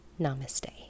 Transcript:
namaste